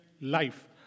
life